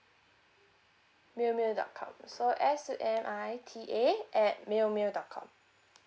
mail mail dot com so S U S M I T A at mail mail dot com